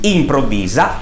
improvvisa